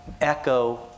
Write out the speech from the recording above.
echo